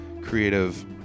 creative